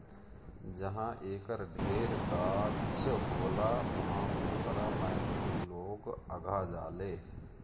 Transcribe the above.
जहाँ एकर ढेर गाछ होला उहाँ ओकरा महक से लोग अघा जालें